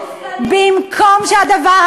תבוסתנית,